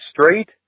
straight